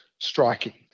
striking